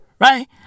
right